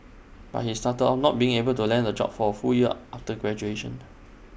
but he started off not being able to land A job for A full year after graduation